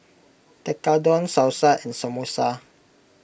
Tekkadon Salsa and Samosa